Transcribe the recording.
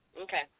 Okay